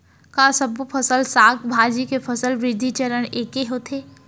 का सबो फसल, साग भाजी के फसल वृद्धि चरण ऐके होथे?